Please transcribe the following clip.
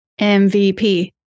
MVP